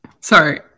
sorry